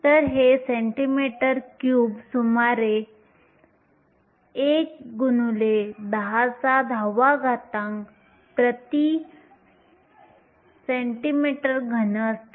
तर हे centimetre cube सुमारे 1 x 1010 cm 3 असते